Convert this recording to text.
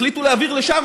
החליטו להעביר לשם,